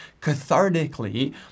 cathartically